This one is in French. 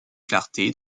clarté